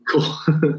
Cool